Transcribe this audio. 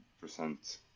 percent